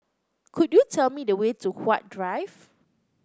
could you tell me the way to Huat Drive